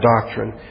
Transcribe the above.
doctrine